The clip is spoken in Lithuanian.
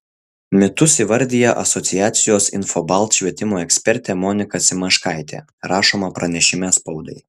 mitus įvardija asociacijos infobalt švietimo ekspertė monika simaškaitė rašoma pranešime spaudai